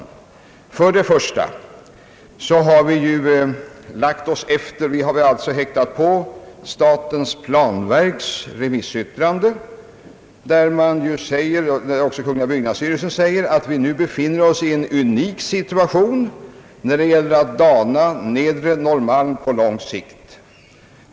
För det första har vi häktat på statens planverks remissyttrande, vari också kungl. byggnadsstyrelsen säger att vi befinner oss i en »unik situation» när det gäller att dana Nedre Norrmalm på lång sikt.